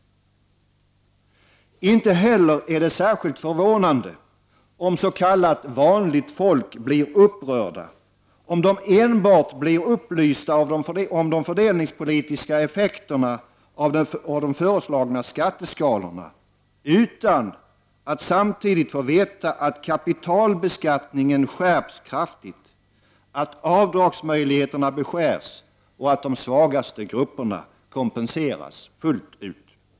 Inte heller är det särskilt förvånande om s.k. vanligt folk blir upprörda, om de enbart blir upplysta om de fördelningspolitiska effekterna av de föreslagna skatteskalorna, utan att samtidigt få veta att kapitalbeskattningen skärps kraftigt, att avdragsmöjligheterna beskärs och att de svagaste grupperna kompenseras fullt ut.